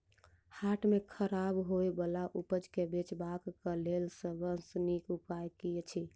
हाट मे खराब होय बला उपज केँ बेचबाक क लेल सबसँ नीक उपाय की अछि?